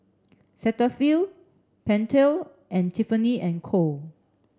Cetaphil Pentel and Tiffany and Co